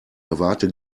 erwarte